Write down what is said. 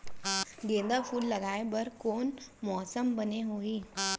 गेंदा फूल लगाए बर कोन मौसम बने होही?